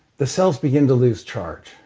the cells begin to lose charge